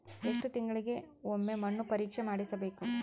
ಎಷ್ಟು ತಿಂಗಳಿಗೆ ಒಮ್ಮೆ ಮಣ್ಣು ಪರೇಕ್ಷೆ ಮಾಡಿಸಬೇಕು?